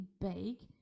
bake